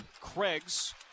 Craig's